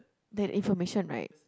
that information right